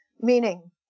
Meaning